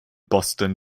boston